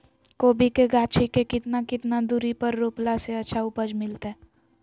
कोबी के गाछी के कितना कितना दूरी पर रोपला से अच्छा उपज मिलतैय?